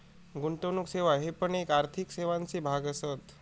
गुंतवणुक सेवा हे पण आर्थिक सेवांचे भाग असत